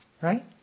Right